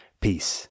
Peace